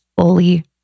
fully